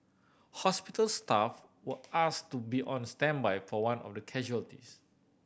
hospital staff were asked to be on standby for one of the casualties